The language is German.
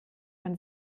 man